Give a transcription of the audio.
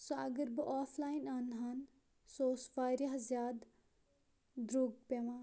سُہ اگر بہٕ آف لاین اَنہٕ ہَن سُہ اوس واریاہ زیادٕ درٛوٚگ پیٚوان